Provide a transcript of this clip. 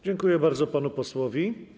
Dziękuję bardzo panu posłowi.